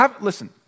Listen